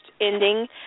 ending